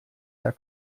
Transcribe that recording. der